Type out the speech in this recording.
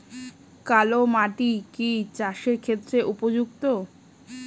কালো মাটি কি চাষের ক্ষেত্রে উপযুক্ত?